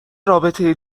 رابطه